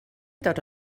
dod